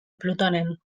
plutonen